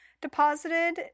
deposited